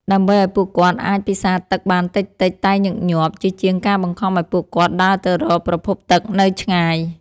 ដើម្បីឱ្យពួកគាត់អាចពិសាទឹកបានតិចៗតែញឹកញាប់ ជាជាងការបង្ខំឱ្យពួកគាត់ដើរទៅរកប្រភពទឹកនៅឆ្ងាយ។